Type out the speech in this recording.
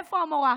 איפה המורה?